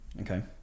Okay